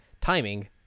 timing